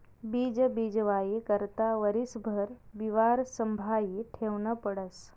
बीज बीजवाई करता वरीसभर बिवारं संभायी ठेवनं पडस